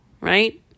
Right